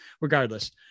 regardless